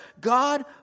God